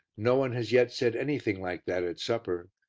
no one has yet said anything like that at supper.